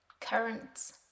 currents